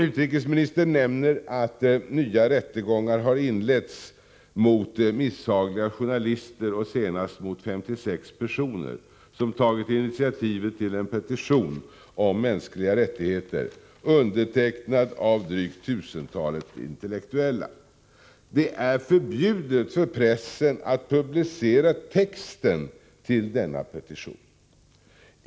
Utrikesministern nämner att nya rättegångar har inletts mot misshagliga journalister och senast mot 56 personer som tagit initiativet till en petition om mänskliga rättigheter, undertecknad av drygt tusentalet intellektuella. Det är förbjudet för pressen att publicera texten till denna petition.